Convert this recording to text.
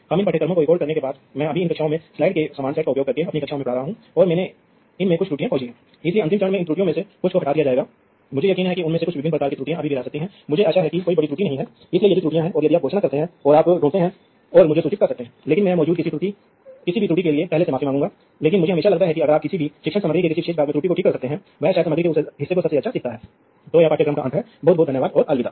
और फिर वे अन्य उपकरणों से बात करेंगे उस खंड या अन्य खंडों में और का उपयोग करके आप देख सकते हैं कि फ़ील्डबस सभी प्रकार के उपकरणों उपकरणों का समर्थन करता है जो नेटवर्क पर सीधे कनेक्ट करने योग्य हैं या जो नेटवर्क पर भी कनेक्ट करने योग्य नहीं हैं